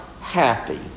happy